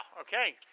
Okay